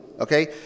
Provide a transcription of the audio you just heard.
okay